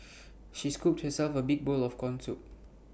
she scooped herself A big bowl of Corn Soup